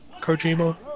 Kojima